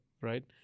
right